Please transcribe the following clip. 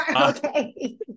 okay